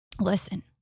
Listen